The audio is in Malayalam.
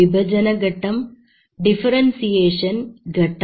വിഭജനഘട്ടം ഡിഫറെൻസിയേഷൻ ഘട്ടം